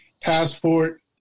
passport